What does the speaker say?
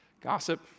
gossip